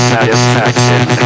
Satisfaction